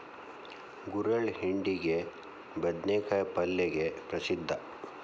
ಗುರೆಳ್ಳು ಹಿಂಡಿಗೆ, ಬದ್ನಿಕಾಯ ಪಲ್ಲೆಗೆ ಪ್ರಸಿದ್ಧ